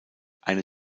eine